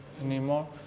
anymore